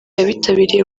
abitabiriye